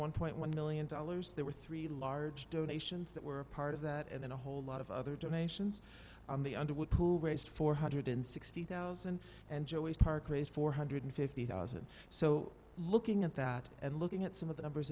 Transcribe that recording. one point one million dollars there were three large donations that were part of that and then a whole lot of other donations on the underwood pool raised four hundred sixty thousand and joey's park raised four hundred fifty thousand so looking at that and looking at some of the numbers